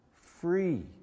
free